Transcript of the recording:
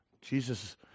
jesus